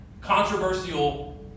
controversial